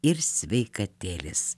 ir sveikatėlės